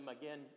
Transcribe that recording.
again